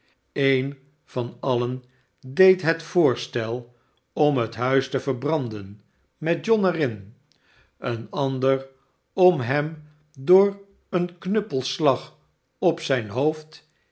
een van alien deed het voorstel om het huis te verbranden met john er in een ander om hem door een knuppelslag op zijn hoofd